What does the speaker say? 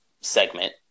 segment